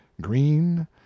green